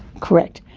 correct,